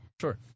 Sure